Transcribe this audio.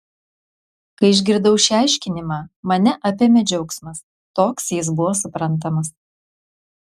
kai išgirdau šį aiškinimą mane apėmė džiaugsmas toks jis buvo suprantamas